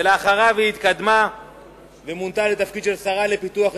אחריו היא התקדמה ומונתה לתפקיד של השרה לפיתוח אזורי,